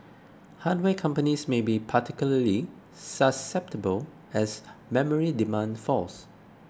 hardware companies may be particularly susceptible as memory demand falls